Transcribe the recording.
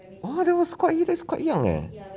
!wah! that was quite he was quite eh